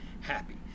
happy